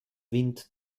wind